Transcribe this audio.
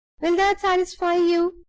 will that satisfy you?